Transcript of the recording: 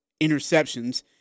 interceptions